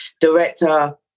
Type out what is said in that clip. director